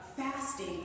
fasting